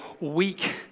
weak